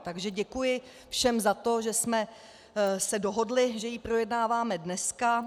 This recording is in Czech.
Takže děkuji všem za to, že jsme se dohodli, že ji projednáváme dneska.